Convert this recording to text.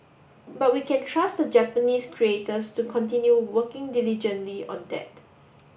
but we can trust the Japanese creators to continue working diligently on that